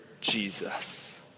Jesus